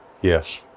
Yes